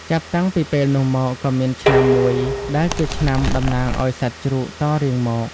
ចាប់តាំងពីពេលលនុះមកក៏មានឆ្នាំមួយដែល ជាឆ្នាំដំណាងអោយសត្វជ្រូកតរៀងមក។